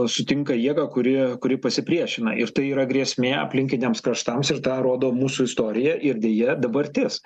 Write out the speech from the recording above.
sutinka jėgą kuri kuri pasipriešina ir tai yra grėsmė aplinkiniams kraštams ir tą rodo mūsų istorija ir deja dabartis